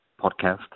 podcast